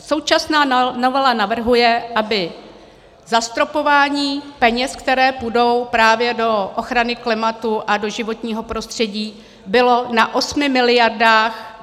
Současná novela navrhuje, aby zastropování peněz, které půjdou právě do ochrany klimatu a do životního prostředí, bylo na 8 mld.